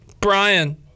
Brian